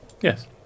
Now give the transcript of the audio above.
Yes